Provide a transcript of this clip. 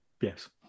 yes